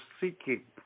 seeking